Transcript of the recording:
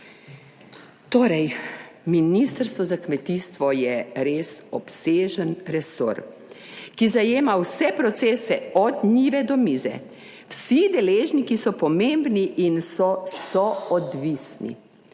Torej ministrstvo za kmetijstvo je res obsežen resor, ki zajema vse procese od njive do mize. Vsi deležniki so pomembni in so soodvisni,